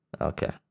Okay